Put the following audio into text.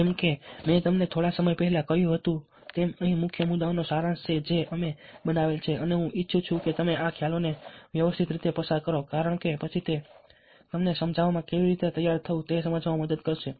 જેમ કે મેં તમને થોડા સમય પહેલા કહ્યું હતું તેમ અહીં મુખ્ય મુદ્દાઓનો સારાંશ છે જે અમે બનાવેલ છે અને હું ઈચ્છું છું કે તમે આ ખ્યાલોને વ્યવસ્થિત રીતે પસાર કરો કારણ કે પછી તે તમને સમજાવવા માટે કેવી રીતે તૈયાર થવું તે સમજવામાં મદદ કરશે